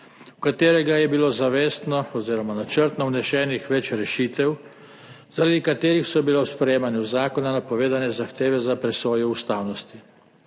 v katerega je bilo zavestno oziroma načrtno vnesenih več rešitev, zaradi katerih so bile ob sprejemanju zakona napovedane zahteve za presojo ustavnosti.